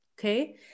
okay